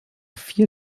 vier